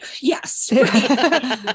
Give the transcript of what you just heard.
Yes